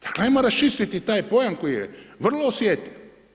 Dakle ajmo raščistiti taj pojam koji je vrlo osjetljiv.